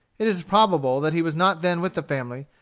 it is probable that he was not then with the family,